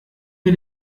mir